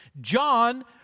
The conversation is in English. John